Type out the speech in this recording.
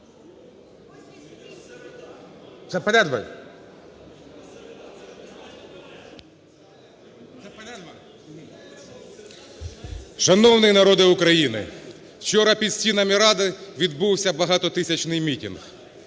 Шановний народе України, вчора під стінам Ради відбувся багатотисячний мітинг.